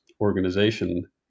organization